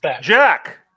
Jack